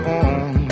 on